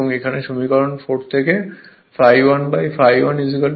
এখন সমীকরণ 4 থেকে ∅1 ∅ 1 ∅2 ∅ 2 হবে